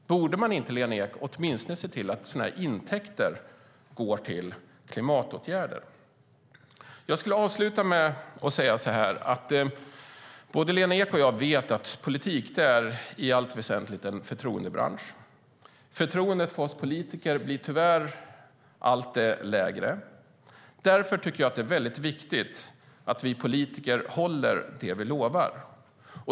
Borde man inte då åtminstone se till att intäkterna går till klimatåtgärder? Jag ska avsluta med att säga att både Lena Ek och jag vet att politik i allt väsentligt är en förtroendebransch. Förtroendet för oss politiker blir tyvärr allt lägre. Därför är det väldigt viktigt att vi politiker håller det vi lovar.